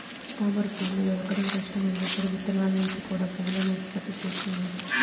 తామరపువ్వులు దొరకడం కష్టం అయినప్పుడు విత్తనాల నుంచి కూడా పువ్వులను ఉత్పత్తి చేస్తున్నారు